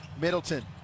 Middleton